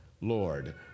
Lord